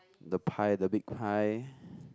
the pie the big pie